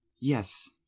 Yes